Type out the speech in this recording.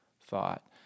thought